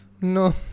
No